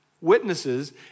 witnesses